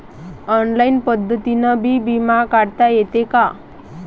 Online पद्धतीनं बी बिमा भरता येते का?